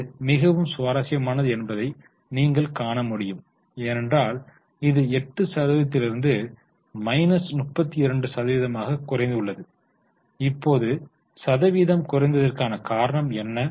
இது மிகவும் சுவாரஸ்யமானது என்பதை நீங்கள் காண முடியும் ஏனென்றால் இது 8 சதவீதத்திலிருந்து மைனஸ் 32 சதவீதமாக குறைந்துள்ளது இப்போது சதவீதம் குறைந்ததற்கு காரணம் என்ன